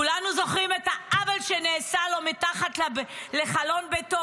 כולנו זוכרים את העוול שנעשה לו מתחת לחלון ביתו,